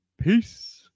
Peace